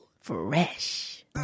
fresh